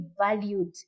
valued